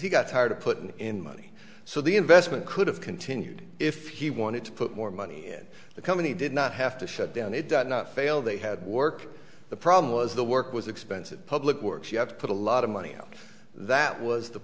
he got tired of putting in money so the investment could have continued if he wanted to put more money in the company did not have to shut down it does not fail they had work the problem was the work was expensive public works you have to put a lot of money that was the